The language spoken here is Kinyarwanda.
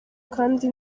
kandi